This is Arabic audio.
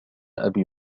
أبي